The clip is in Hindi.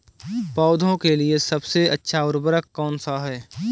पौधों के लिए सबसे अच्छा उर्वरक कौनसा हैं?